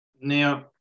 Now